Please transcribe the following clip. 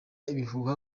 ibihuha